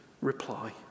reply